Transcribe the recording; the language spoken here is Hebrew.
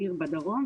בעיר בדרום,